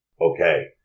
okay